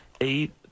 eight